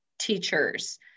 teachers